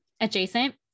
adjacent